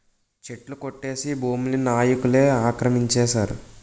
చెట్లు కొట్టేసి భూముల్ని నాయికులే ఆక్రమించేశారు